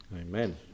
Amen